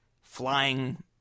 flying